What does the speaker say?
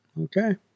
Okay